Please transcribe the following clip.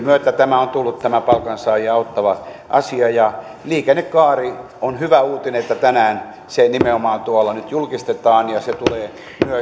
myötä on tullut tämä palkansaajia auttava asia ja liikennekaari on hyvä uutinen että tänään se nimenomaan tuolla nyt julkistetaan ja se tulee